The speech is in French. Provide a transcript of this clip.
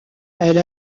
elle